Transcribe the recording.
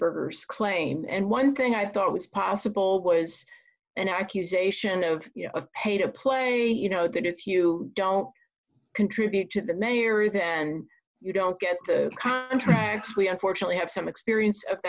burgers clane and one thing i thought was possible was an accusation of you know of pay to play you know that if you don't contribute to the mayor then you don't get the contracts we unfortunately have some experience of